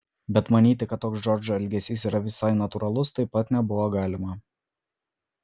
bet manyti kad toks džordžo elgesys yra visai natūralus taip pat nebuvo galima